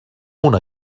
una